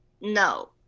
No